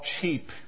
cheap